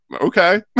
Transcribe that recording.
Okay